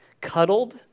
cuddled